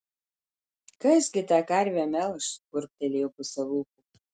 kas gi tą karvę melš burbtelėjo puse lūpų